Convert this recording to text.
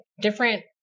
different